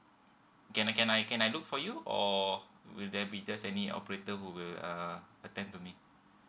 can I can I can I look for you or will there be there's any operator who will uh attend to me